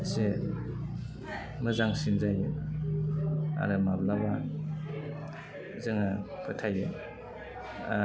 इसे मोजांसिन जायो आरो माब्लाबा जोङो फोथायो